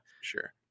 sure